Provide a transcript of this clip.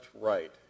right